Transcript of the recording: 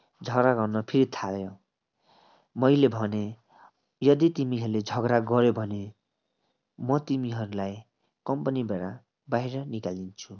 झगडा गर्न फेरि थाल्यो मैले भनेँ यदि तिमीहरूले झगडा गऱ्यो भने म तिमीहरूलाई कम्पनीबाट बाहिर निकालिदिन्छु